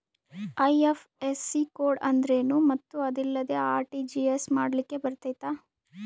IFSC code ಅಂದ್ರೇನು ಮತ್ತು ಅದಿಲ್ಲದೆ ಆರ್.ಟಿ.ಜಿ.ಎಸ್ ಮಾಡ್ಲಿಕ್ಕೆ ಬರ್ತೈತಾ?